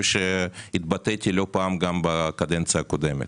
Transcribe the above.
התבטאתי לא פעם גם בקדנציה הקודמת.